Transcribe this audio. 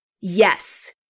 yes